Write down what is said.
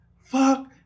fuck